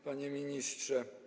Panie Ministrze!